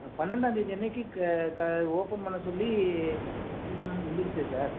பன்னெரெண்டாம் தேதி அன்றைக்கு ஓபன் பண்ண சொல்லி இதெலாம் வந்துடுச்சே சார்